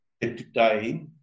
today